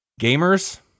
gamers